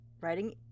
writing